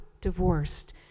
divorced